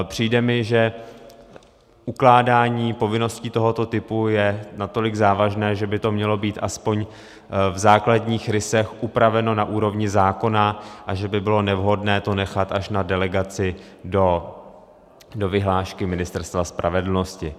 Přijde mi, že ukládání povinností tohoto typu je natolik závažné, že by to mělo být aspoň v základních rysech upraveno na úrovni zákona a že by bylo nevhodné to nechat až na delegaci do vyhlášky Ministerstva spravedlnosti.